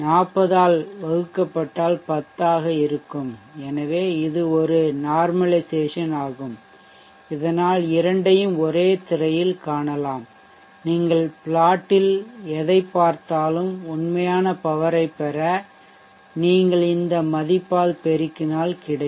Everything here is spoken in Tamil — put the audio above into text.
40 ஆல் வகுக்கப்பட்டால் 10 ஆக இருக்கும் எனவே இது ஒரு நார்மலைசேசன் ஆகும் இதனால் இரண்டையும் ஒரே திரையில் காணலாம் நீங்கள் plot இல் எதைப் பார்த்தாலும் உண்மையான பவர் ஐ பெற நீங்கள் இந்த மதிப்பால் பெருக்கினால் கிடைக்கும்